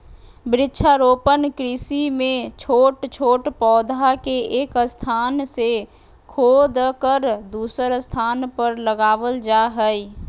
वृक्षारोपण कृषि मे छोट छोट पौधा के एक स्थान से खोदकर दुसर स्थान पर लगावल जा हई